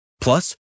Plus